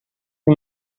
you